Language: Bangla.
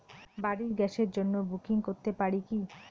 বাড়ির গ্যাসের জন্য বুকিং করতে পারি কি?